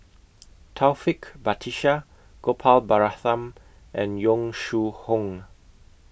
Taufik Batisah Gopal Baratham and Yong Shu Hoong